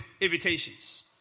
invitations